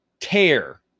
tear